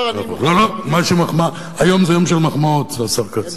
היום זה יום של מחמאות, השר כץ.